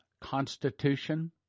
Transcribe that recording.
constitution